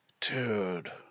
Dude